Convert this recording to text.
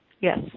Yes